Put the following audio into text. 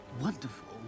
wonderful